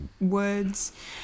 words